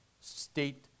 State